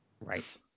Right